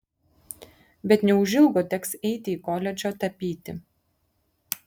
bet neužilgo teks eiti į koledžą tapyti